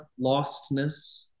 lostness